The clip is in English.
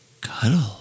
cuddle